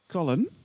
Colin